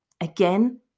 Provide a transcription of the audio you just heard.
Again